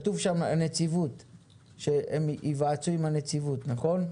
כתוב שם שהם ייוועצו עם הנציבות, נכון?